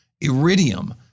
Iridium